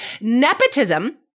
nepotism